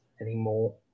anymore